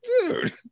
dude